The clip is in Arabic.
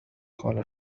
قال